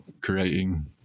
creating